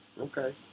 Okay